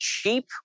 cheap